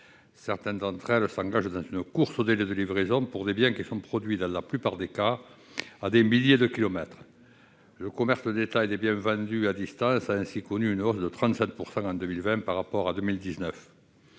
Certaines d'entre elles s'engagent dans une course aux délais de livraison pour des biens qui, dans la plupart des cas, sont produits à des milliers de kilomètres. Le commerce de détail des biens vendus à distance a ainsi connu une hausse de 37 % en 2020 par rapport à 2019.